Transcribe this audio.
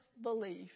belief